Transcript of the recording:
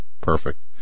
perfect